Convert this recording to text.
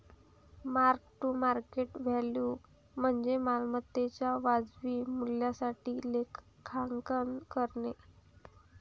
mark to market value म्हणजे मालमत्तेच्या वाजवी मूल्यासाठी लेखांकन करणे